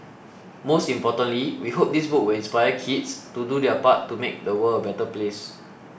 most importantly we hope this book will inspire kids to do their part to make the world a better place